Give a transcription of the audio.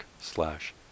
slash